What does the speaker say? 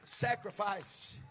Sacrifice